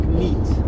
meat